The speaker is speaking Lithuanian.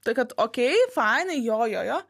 tai kad okey fainai jo jo